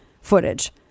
footage